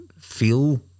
feel